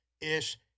ish